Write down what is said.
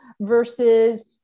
versus